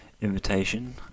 invitation